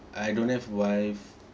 I don't have wife